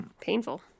Painful